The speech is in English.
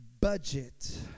Budget